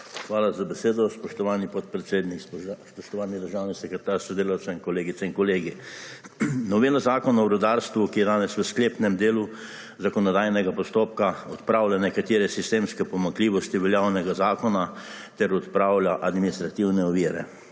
Hvala za besedo, spoštovani podpredsednik. Spoštovani državni sekretar s sodelavcem, kolegice in kolegi. Novela Zakona o rudarstvu, ki je danes v sklepnem delu zakonodajnega postopka, odpravlja nekatere sistemske pomanjkljivosti veljavnega zakona ter odpravlja administrativne ovire.